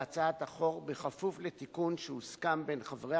בהצעת החוק בכפוף לתיקון שהוסכם בין חברי